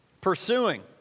Pursuing